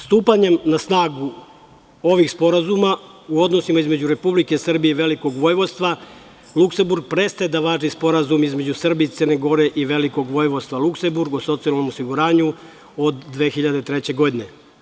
Stupanjem na snagu ovih sporazuma u odnosima između Republike Srbije i Velikog Vojvodstva Luksemburg prestaje da važi sporazum između Srbije i Crne Gore i Velikog Vojvodstva Luksemburg o socijalnom osiguranju od 2003. godine.